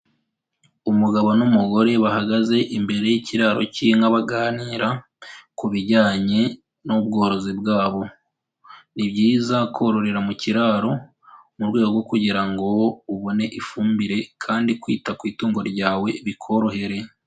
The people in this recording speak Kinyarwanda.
Umugabo n'umugore bahagaze imbere y'ikiraro cy'inka baganira ku bijyanye n'ubworozi bwabo, ni byiza kororera mu kiraro mu rwego rwo kugira ngo ubone ifumbire kandi kwita ku itungo ryawe bikorohere.